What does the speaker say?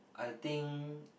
I think